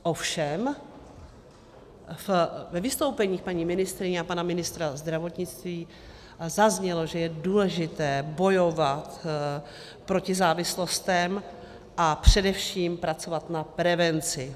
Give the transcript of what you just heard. Ovšem ve vystoupeních paní ministryně a pana ministra zdravotnictví zaznělo, že je důležité bojovat proti závislostem a především pracovat na prevenci.